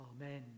Amen